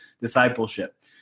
Discipleship